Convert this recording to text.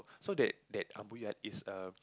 so that that is err